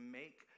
make